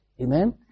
Amen